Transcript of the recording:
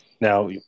Now